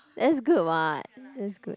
that's good what that's good